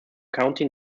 county